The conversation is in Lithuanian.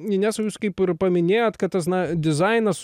inesa jūs kaip ir paminėjot kad tas dizainas